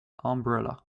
umbrella